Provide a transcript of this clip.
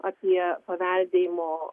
apie paveldėjimo